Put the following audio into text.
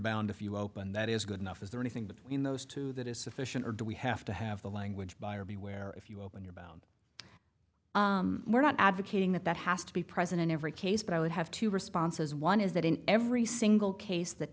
bound if you open that is good enough is there anything between those two that is sufficient or do we have to have the language buyer beware if you open your bound we're not advocating that that has to be present in every case but i would have two responses one is that in every single case th